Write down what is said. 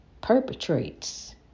perpetrates